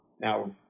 now